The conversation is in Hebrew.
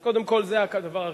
אז קודם כול, זה הדבר הראשון,